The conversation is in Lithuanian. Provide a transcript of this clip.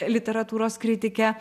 literatūros kritike